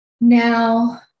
Now